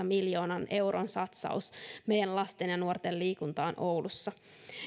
miljoonan euron satsaus meidän lasten ja nuorten liikuntaan oulussa